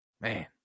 man